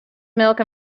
milk